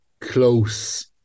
close